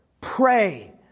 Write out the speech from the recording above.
pray